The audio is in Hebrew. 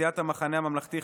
סיעת המחנה הממלכתי,